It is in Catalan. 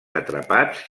atrapats